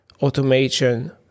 automation